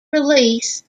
release